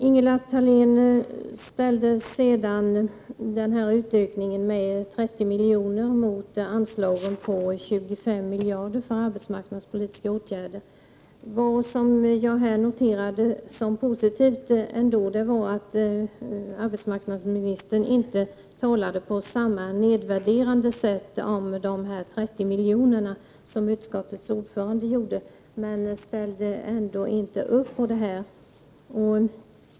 Ingela Thalén ställde sedan utökningen med 30 miljoner mot anslagen för arbetsmarknadspolitiska åtgärder på 25 miljarder. Vad jag noterade som positivt var att arbetsmarknadsministern inte talade på samma nedvärderande sätt om dessa 30 miljoner som utskottets ordförande gjorde. Men hon ställde ändå inte upp på detta.